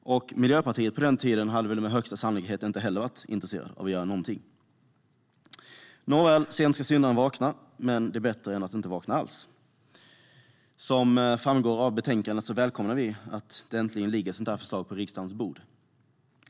Miljöpartiet på den tiden hade med största sannolikhet inte heller varit intresserat av att göra någonting. Nåväl, sent ska syndaren vakna. Men det är bättre än att inte vakna alls. Som framgår av betänkandet välkomnar vi att det äntligen ligger ett förslag på riksdagens bord.